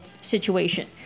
situation